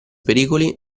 pericoli